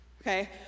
Okay